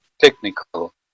technical